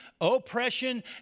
oppression